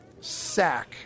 sack